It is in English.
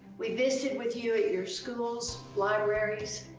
we visited with you at your schools, libraries,